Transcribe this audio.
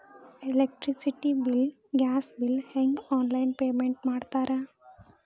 electricity bill gas bill ಹೆಂಗ online payment ಮಾಡ್ತಾರಾ